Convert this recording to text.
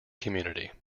community